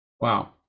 Wow